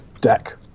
deck